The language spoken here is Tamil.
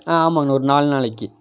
ஆ ஆமாங்க ஒரு நாலு நாளைக்கு